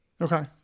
Okay